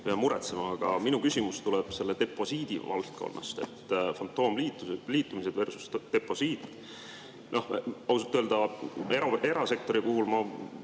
pea muretsema. Aga minu küsimus tuleb deposiidi valdkonnast: fantoomliitumisedversusdeposiit. Ausalt öeldes erasektori puhul ma